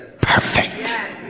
perfect